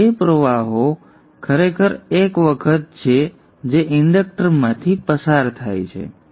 તેથી આ 2 પ્રવાહો ખરેખર એક વખત છે જે ઇન્ડક્ટરમાંથી પસાર થાય છે